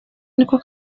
niko